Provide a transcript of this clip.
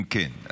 אם כן,